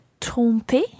tromper